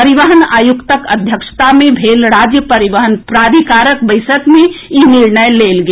परिवहन आयुक्तक अध्यक्षता मे भेल राज्य परिवहन प्राधिकारक बैसक मे ई निर्णय लेल गेल